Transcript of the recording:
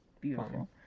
beautiful